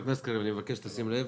אני מבקש שתשים לב